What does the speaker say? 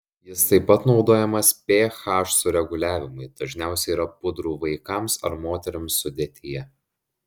jis taip pat naudojamas ph sureguliavimui dažniausiai yra pudrų vaikams ar moterims sudėtyje